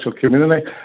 community